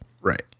right